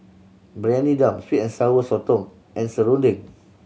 Briyani Dum sweet and Sour Sotong and serunding